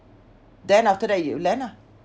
then after that you land ah